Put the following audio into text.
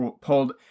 pulled